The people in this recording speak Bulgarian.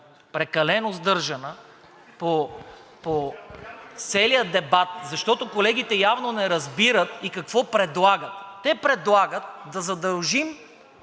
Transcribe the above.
прекалено сдържана по целия дебат, защото колегите явно не разбират какво предлагат. Те предлагат да задължим